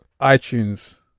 iTunes